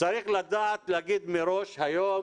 צריך לומר מראש היום,